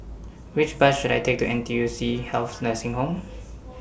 Which Bus should I Take to N T U C Health Nursing Home